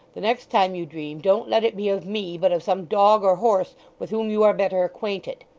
the next time you dream, don't let it be of me, but of some dog or horse with whom you are better acquainted.